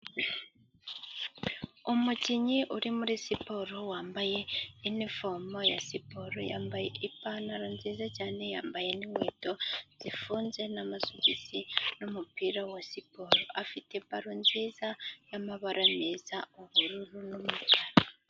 Umukinnyi uri muri siporo wambaye inifomo ya siporo, yambaye ipantaro nziza cyane, yambaye n'inkweto zifunze n'amasogisi n'umupira wa siporo, afite baro nziza y'amabara meza ubururu n'umukara.